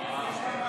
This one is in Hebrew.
אינו נוכח